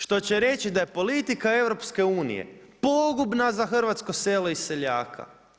Što će reći da je politika EU-a pogubna za hrvatsko selo i seljaka.